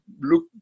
look